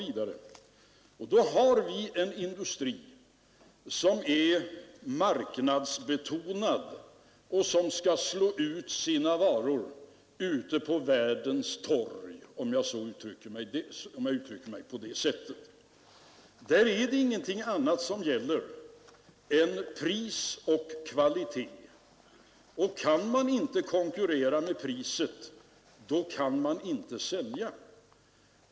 Vi har då en industri som är marknadsbetonad och som skall slå ut sina varor på världens torg — om jag får uttrycka mig på det sättet. Där är det ingenting annat som gäller än pris och kvalitet. Kan man inte konkurrera med priset, då kan man inte sälja.